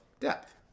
Depth